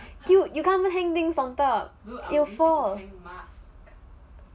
you you can't even hang things on top it will fall